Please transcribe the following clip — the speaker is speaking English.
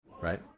Right